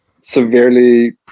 severely